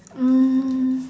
um